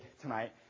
tonight